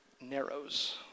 narrows